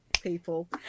people